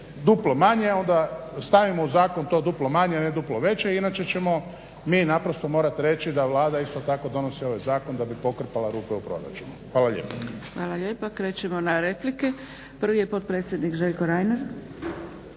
duplo manje, onda stavimo to u zakon duplo manje, a ne duplo veće inače ćemo mi naprosto morati reći da Vlada isto tako donosi ovaj zakon da bi pokrpala rupe u proračunu. **Zgrebec, Dragica (SDP)** Hvala lijepa. Krećemo na replike. Prvi je potpredsjednik Željko Reiner.